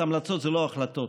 המלצות זה לא החלטות.